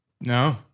No